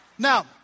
Now